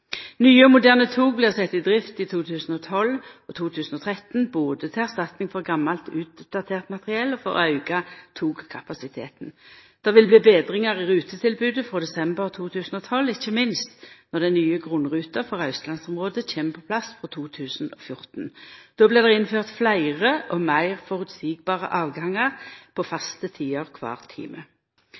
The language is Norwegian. Nye og moderne tog blir sette i drift i 2012 og 2013, både til erstatning for gammalt utdatert materiell og for å auka togkapasiteten. Det vil bli betringar i rutetilbodet frå desember 2012, ikkje minst når den nye grunnruta for austlandsområdet kjem på plass frå 2014. Då blir det innført fleire og meir føreseielege avgangar på faste tider kvar time.